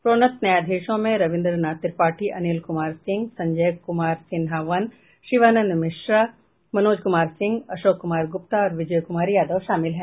प्रोन्नत न्यायाधीशों में रविन्द्र नाथ त्रिपाठी अनिल कुमार सिंह संजय कुमार सिन्हा वन शिवानंद मिश्रा मनोज कुमार सिंह अशोक कुमार गुप्ता और विजय कुमार यादव शामिल है